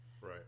right